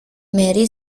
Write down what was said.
mary